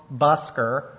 busker